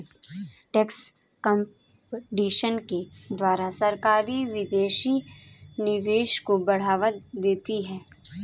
tax competition के द्वारा सरकारी विदेशी निवेश को बढ़ावा देती है